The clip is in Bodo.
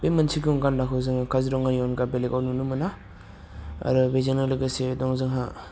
बे मोनसे गं गान्दाखौ जोङो काजिरङानि अनगा बेलेगाव नुनो मोना आरो बेजोंनो लोगोसे दङ जोंहा